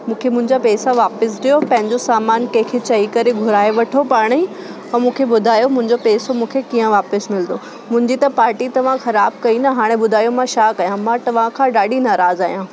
मूंखे मुंहिंजा पैसा वापस ॾियो पंहिंजो सामान कंहिंखे चई करे घुराए वठो पाण ई ऐं मूंखे ॿुधायो मुंहिंजो पैसो मूंखे कीअं वापसि मिलंदो मुंहिंजी त पार्टी तव्हां ख़राब कई न हाणे ॿुधायो मां छा कयां मां तव्हां खां ॾाढी नाराज़ु आहियां